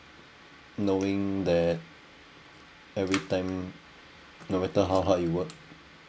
knowing that every time no matter how hard you work